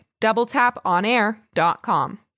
doubletaponair.com